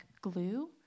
glue